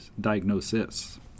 Diagnosis